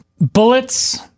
Bullets